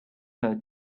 her